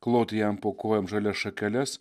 kloti jam po kojom žalias šakeles